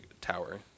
tower